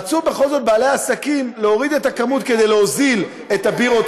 רצו בכל זאת בעלי העסקים להוריד את הכמות כדי להוזיל את הבירות,